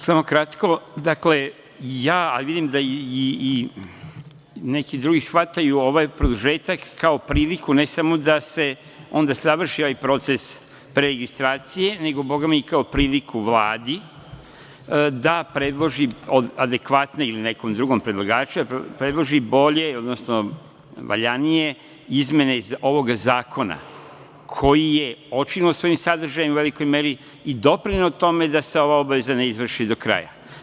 Samo kratko, dakle ja, a vidim da i neki drugi shvataju ovaj produžetak kao priliku ne samo da se onda završi ovaj proces preregistracije, nego bogami i kao priliku Vladi da predloži od adekvatnijih ili nekog drugog predlagača predloži bolje, odnosno valjanije izmene ovog zakona koji je očigledno svojim sadržajem u velikoj meri i doprineo tome da se ova obaveza ne izvrši do kraja.